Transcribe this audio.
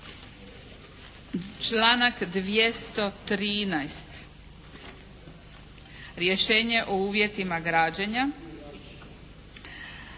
Članak 213. Rješenje o uvjetima građenja.